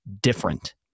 different